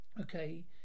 Okay